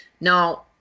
Now